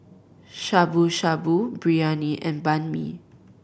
Shabu Shabu Biryani and Banh Mi